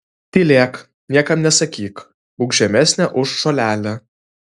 tylėk niekam nesakyk būk žemesnė už žolelę